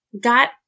got